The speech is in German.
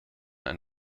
ein